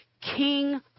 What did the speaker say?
king